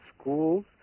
schools